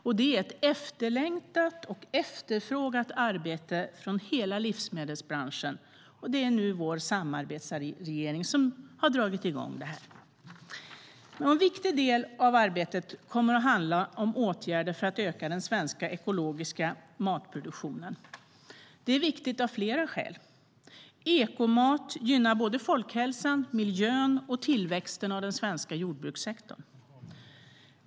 Det är ett arbete som varit efterlängtat och efterfrågat i hela livsmedelsbranschen. Och det är vår samarbetsregering som har dragit igång det. En viktig del av arbetet kommer att handla om åtgärder för att öka den svenska ekologiska matproduktionen. Det är viktigt av flera skäl. Ekomat gynnar folkhälsan, miljön och tillväxten av den svenska jordbrukssektorn.